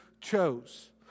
chose